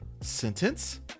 sentence